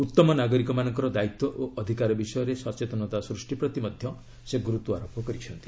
ଉତ୍ତମ ନାଗରିକ ମାନଙ୍କର ଦାୟିତ୍ୱ ଓ ଅଧିକାର ବିଷୟରେ ସଚେତନତା ସୃଷ୍ଟି ପ୍ରତି ମଧ୍ୟ ସେ ଗୁରୁତ୍ୱାରୋପ କରିଛନ୍ତି